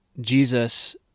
Jesus